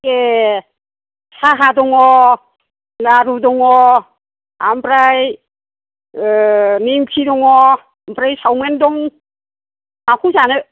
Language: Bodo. ए साहा दङ लारु दङ ओमफ्राय निमखि दङ ओमफ्राय सावमिन दं माखौ जानो